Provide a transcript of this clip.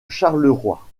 charleroi